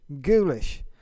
ghoulish